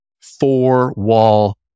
four-wall